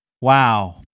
Wow